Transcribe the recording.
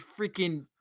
freaking